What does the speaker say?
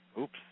oops